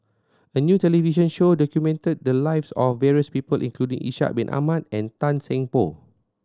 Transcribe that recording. a new television show documented the lives of various people including Ishak Bin Ahmad and Tan Seng Poh